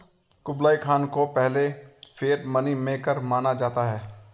Kublai Khan को पहले fiat money maker माना जाता है